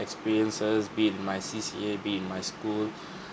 experiences be it my C_C_A be it my school